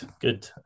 good